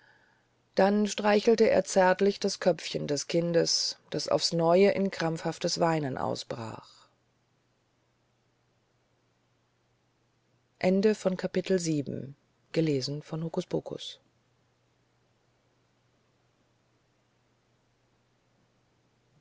dann streichelte er zärtlich das köpfchen des kindes das aufs neue in krampfhaftes weinen ausbrach